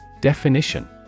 Definition